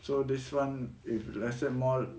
so this [one] if let's say more